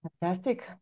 fantastic